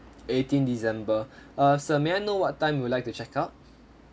eighteen december err sir may I know what time you would like to check out